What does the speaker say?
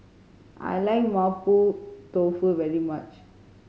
I like Mapo Tofu very much